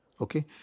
okay